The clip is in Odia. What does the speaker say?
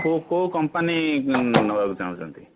କେଉଁ କେଉଁ କମ୍ପାନୀ ନେବାକୁ ଚାହୁଁଚନ୍ତି